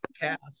cast